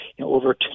Over